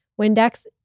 Windex